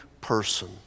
person